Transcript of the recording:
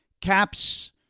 Caps